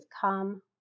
come